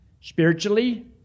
Spiritually